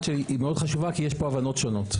שהיא מאוד חשובה כי יש פה הבנות שונות.